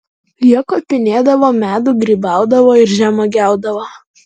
jie kopinėdavo medų grybaudavo ir žemuogiaudavo